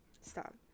Stop